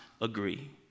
agree